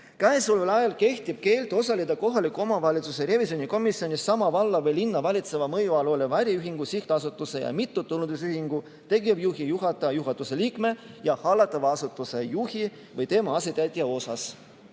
Käesoleval ajal kehtib keeld osaleda kohaliku omavalitsuse revisjonikomisjonis sama valla või linna valitseva mõju all oleva äriühingu, sihtasutuse ja mittetulundusühingu tegevjuhi, juhataja, juhatuse liikme ja hallatava asutuse juhi või tema asetäitja puhul.